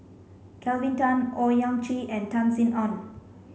Kelvin Tan Owyang Chi and Tan Sin Aun